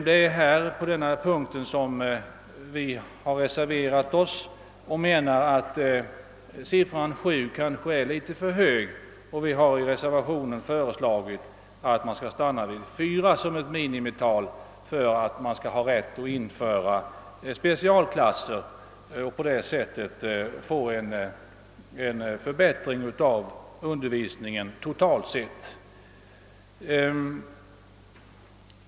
Det är på denna punkt vi har reserverat oss. Vi anser att siffran sju är för hög och har i reservationen förslagit att minimiantalet elever för att få inrätta en specialklass bör vara fyra. På det sättet skulle man få till stånd en förbättring av undervisningen totalt sett.